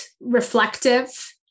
reflective